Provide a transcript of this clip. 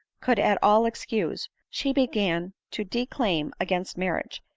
could at all excuse, she began to declaim against marriage,